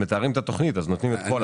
כשמתארים את התוכנית, נותנים את כל הסעיפים.